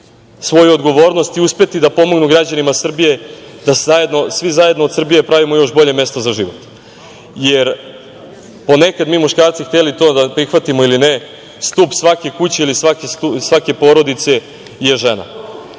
svoju odgovornost i uspeti da pomognu građanima Srbije da svi zajedno od Srbije pravimo još bolje mesto za život, jer ponekad, mi muškarci, hteli to da prihvatimo ili ne, stub svake kuće ili svake porodice je žena. Kada